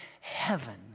heaven